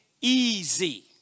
easy